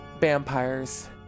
vampires